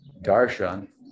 darshan